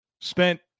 spent